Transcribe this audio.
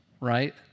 Right